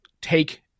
take